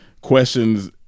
questions